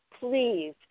please